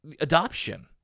adoption